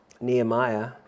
Nehemiah